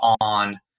on